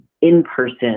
in-person